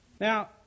Now